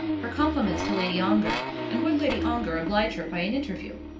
her compliments to lady ongar, and would lady ongar oblige her by an interview.